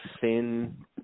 thin